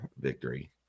victory